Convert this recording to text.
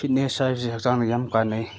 fitness ꯍꯥꯏꯕꯁꯦ ꯍꯛꯆꯥꯡꯗ ꯌꯥꯝ ꯀꯥꯟꯅꯩ